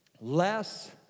Less